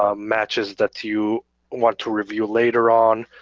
ah matches that you want to review later on.